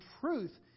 truth